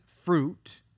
fruit